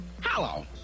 Hello